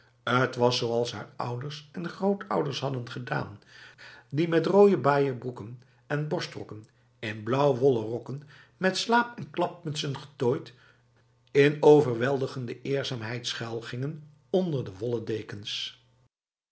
t was zoals haar ouders en grootouders hadden gedaan die met rode baaien broeken en borstrokken en in blauw wollen rokken met slaap en klapmutsen getooid in overweldigende eerzaamheid schuilgingen onder de wollen dekens